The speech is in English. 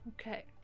okay